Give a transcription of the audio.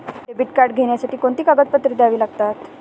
Debit card घेण्यासाठी कोणती कागदपत्रे द्यावी लागतात?